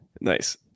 Nice